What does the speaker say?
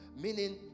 meaning